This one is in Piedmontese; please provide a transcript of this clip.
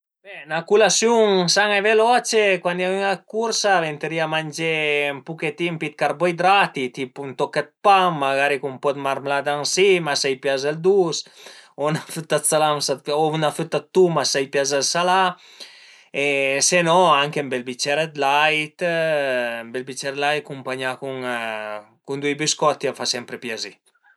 Be 'na culasiun san-e e veloce cuandi ün al e d'cursa vënterìa mangé ën puchetin pi dë carboidrati tipu ën toch d'pan, magari cun ën po dë marmlada ën sima, s'a i pias ël dus o 'na fëtta d'salam o 'na fëta dë tuma s'a i pias ël salà e se no anche ën bel bicer dë lait, ën bel bicer dë lait acumpagnà cun due biscotti a fa sempre piazì